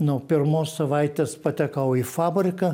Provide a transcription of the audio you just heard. nuo pirmos savaitės patekau į fabriką